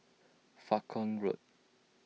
Falkland Road